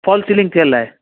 falls ceiling थियलु आहे